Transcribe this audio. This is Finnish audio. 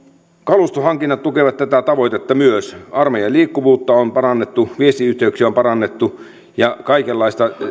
kalustohankinnat tukevat tätä tavoitetta myös armeijan liikkuvuutta on on parannettu viestiyhteyksiä on parannettu ja kaikenlaista